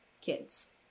kids